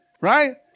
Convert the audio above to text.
Right